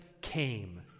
came